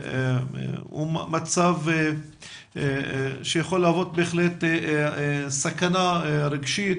הוא מצב שיכול להוות בהחלט סכנה רגשית,